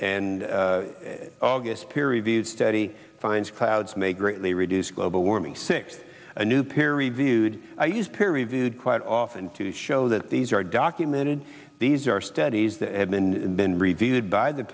and august peer reviewed study finds clouds may greatly reduce global warming six a new peer reviewed use peer reviewed quite often to show that these are documented these are studies that have been been reviewed by the